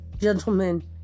Gentlemen